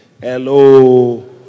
Hello